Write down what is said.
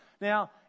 Now